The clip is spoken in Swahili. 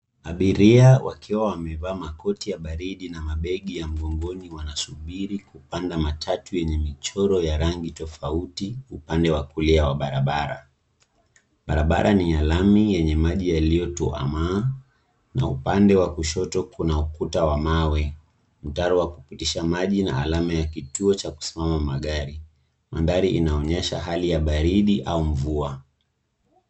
Abiria wakiwa wamevaa makoti ya baridi na mabegi ya mgogoni wanasubiri kupanda matatu yenye michoro ya rangi tofauti upande wa kulia wa barabara. Barabara ni ya lami yenye maji yaliyotuama na upande wa kushoto kuna ukuta wa mawe, mtaro wa kupitisha maji na alama ya kituo cha kusimama magari. Mandhari inaonyesha hali ya baridi au mvua.